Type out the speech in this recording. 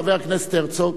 חבר הכנסת הרצוג,